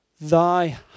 Thy